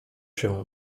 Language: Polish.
się